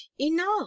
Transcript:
enough